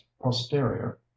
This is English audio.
posterior